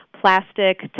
Plastic